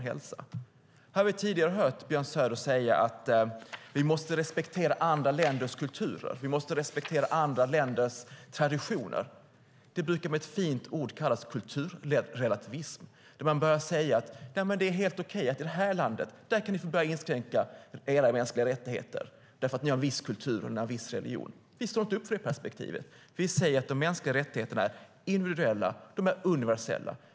Här har vi tidigare hört Björn Söder säga att vi måste respektera andra länders kulturer och traditioner. Det brukar med ett fint ord kallas kulturrelativism när man börjar säga att det är okej att inskränka mänskliga rättigheter i vissa länder därför att man där har en viss kultur eller en viss religion. Vi står inte för det perspektivet. Vi säger att de mänskliga rättigheterna är individuella och universella.